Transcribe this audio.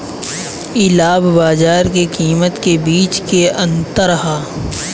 इ लाभ बाजार के कीमत के बीच के अंतर ह